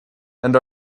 and